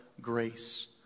grace